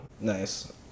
nice